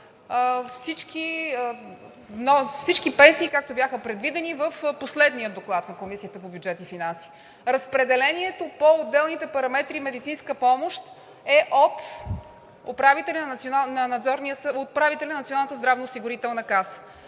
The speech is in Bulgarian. всички пенсии, както бяха предвидени в последния доклад на Комисията по бюджет и финанси. Разпределението по отделните параметри на медицинска помощ е от управителя на Националната здравноосигурителна каса,